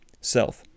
self